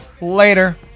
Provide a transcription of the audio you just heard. Later